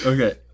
Okay